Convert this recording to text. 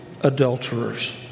adulterers